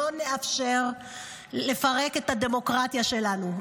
לא נאפשר לפרק את הדמוקרטיה שלנו,